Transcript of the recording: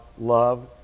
love